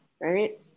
right